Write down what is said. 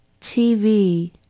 TV